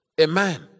amen